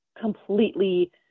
completely